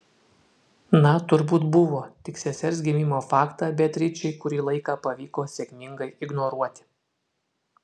na turbūt buvo tik sesers gimimo faktą beatričei kurį laiką pavyko sėkmingai ignoruoti